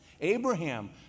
Abraham